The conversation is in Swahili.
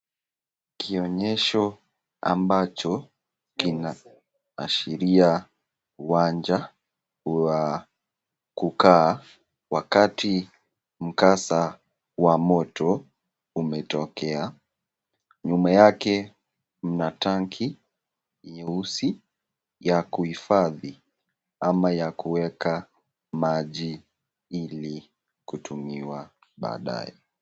Kionyesho ambacho kinaashiria uwanja wa kukaa wakati mkasa wa moto umetokea, nyuma yake mna tanki nyeusi ya kuhifadhi ama ya kuweka maji ili kutumiwa baadaye.